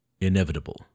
inevitable